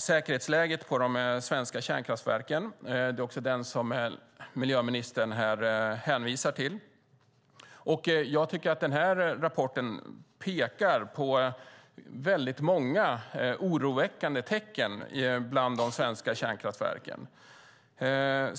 säkerhetsläget på de svenska kärnkraftverken. Det är också den som miljöministern hänvisar till. Jag tycker att den rapporten pekar på många oroväckande tecken bland de svenska kärnkraftverken.